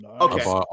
Okay